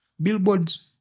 Billboards